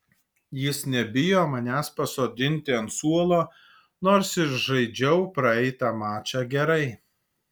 jis nebijo manęs pasodinti ant suolo nors ir žaidžiau praeitą mačą gerai